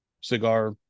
cigar